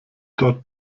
dort